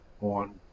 on